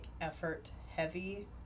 effort-heavy